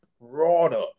broader